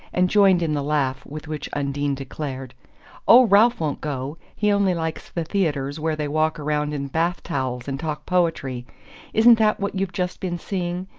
and joined in the laugh with which undine declared oh, ralph won't go he only likes the theatres where they walk around in bathtowels and talk poetry isn't that what you've just been seeing?